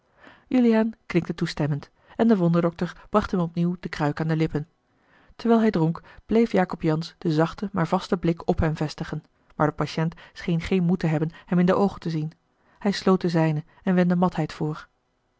juliaan knikte toestemmend en de wonderdokter bracht hem opnieuw de kruik aan de lippen terwijl hij dronk bleef jacob jansz den zachten maar vasten blik op hem vestigen maar de patiënt scheen geen moed te hebben hem in de oogen te zien hij sloot de zijne en wendde matheid voor